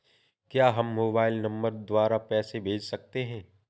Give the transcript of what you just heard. क्या हम mobile number द्वारा पैसे भेज सकते हैं?